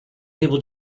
people